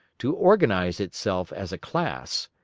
to organise itself as a class,